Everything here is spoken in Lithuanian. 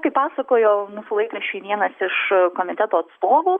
kaip pasakojo mūsų laikraščiui vienas iš komiteto atstovų